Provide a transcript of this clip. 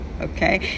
Okay